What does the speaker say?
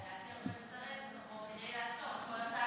לעקר ולסרס את החוק כדי לעצור את כל התהליך.